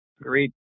Agreed